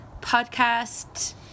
podcast